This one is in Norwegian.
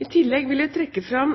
I tillegg vil jeg trekke fram